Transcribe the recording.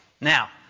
Now